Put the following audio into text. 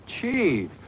Chief